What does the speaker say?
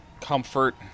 Comfort